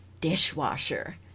dishwasher